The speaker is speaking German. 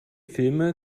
filme